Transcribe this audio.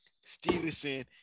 Stevenson